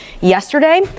yesterday